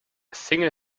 single